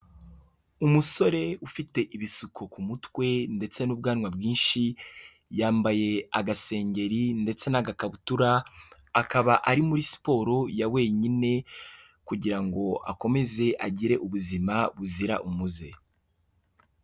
Umusore ufite ibisuko ku mutwe ndetse n'ubwanwa bwinshi yambaye agaseri ndetse n'agakabutura akaba ari muri siporo ya wenyine kugira ngo akomeze agire ubuzima buzira umuze.